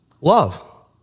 love